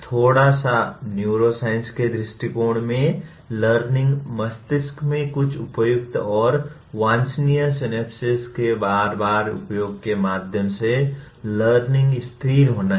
थोड़ा सा न्यूरोसाइंस के दृष्टिकोण में लर्निंग मस्तिष्क में कुछ उपयुक्त और वांछनीय स्य्नाप्सेस के बार बार उपयोग के माध्यम से लर्निंग स्थिर होना है